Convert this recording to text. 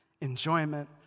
enjoyment